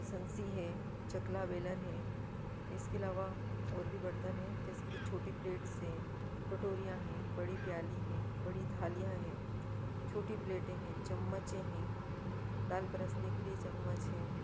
सड़सी है चकला बेलन है इसके अलावा और भी बर्तन हैं जैसे कि छोटी प्लेट्स हैं कटोरियाँ हैं बड़ी प्याली हैं बड़ी थालियाँ हैं छोटी प्लेटें हैं चम्मचे हैं दाल परोसने के लिए चम्मच हैं